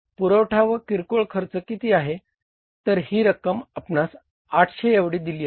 पुरवठा व किरकोळ खर्च किती आहे तर ही रक्कम आपणास 800 एवढी दिलेली आहे